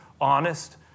honest